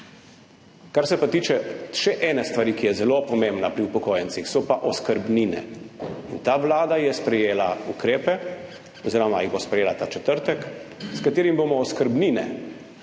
Kar se pa tiče še ene stvari, ki je zelo pomembna pri upokojencih, so pa oskrbnine. Ta vlada je sprejela ukrepe oziroma jih bo sprejela ta četrtek, s katerim bomo oskrbnine,